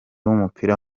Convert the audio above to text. w’umupira